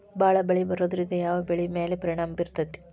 ಭಾಳ ಮಳಿ ಬರೋದ್ರಿಂದ ಯಾವ್ ಬೆಳಿ ಮ್ಯಾಲ್ ಪರಿಣಾಮ ಬಿರತೇತಿ?